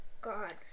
god